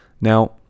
Now